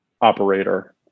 operator